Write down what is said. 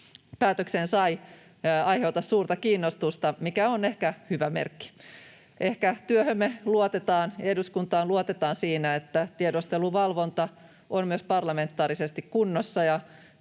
päätökseen sai, aiheuta suurta kiinnostusta, mikä on ehkä hyvä merkki. Ehkä työhömme luotetaan, eduskuntaan luotetaan siinä, että tiedusteluvalvonta on myös parlamentaarisesti kunnossa.